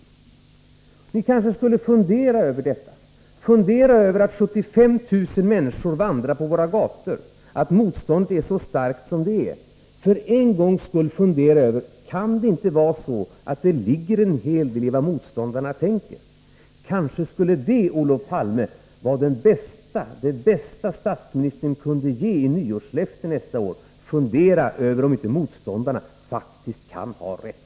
Ni kanske skulle fundera över detta, över att 75 000 människor vandrar på våra gator, över att motståndet är så starkt som det är, för en gångs skull fundera över om det inte kan vara så att det ligger en hel del i vad motståndarna tänker. Kanske skulle det, Olof Palme, vara det bästa statsministern kunde ge i nyårslöfte nästa år, att fundera över om inte motståndarna faktiskt kan ha rätt.